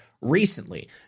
recently